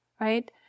right